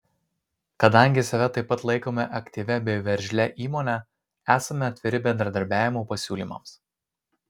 kadangi save taip pat laikome aktyvia bei veržlia įmone esame atviri bendradarbiavimo pasiūlymams